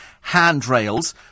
handrails